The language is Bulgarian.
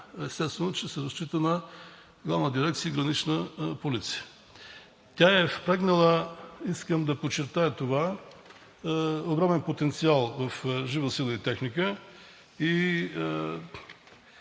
естествено, че се разчита на Главна дирекция „Гранична полиция“. Тя е впрегнала, искам да подчертая това, огромен потенциал от жива сила и техника.